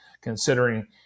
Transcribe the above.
considering